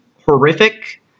horrific